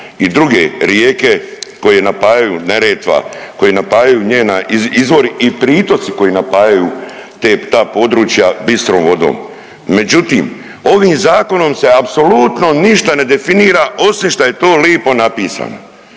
i druge rijeke koje napajaju, Neretva, koje napajaju njena izvor i pritoci koji napajaju te, ta područja bistrom vodom. Međutim, ovim zakonom se apsolutno ništa ne definira osim šta je to lipo napisano.